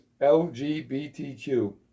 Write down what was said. LGBTQ